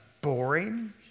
boring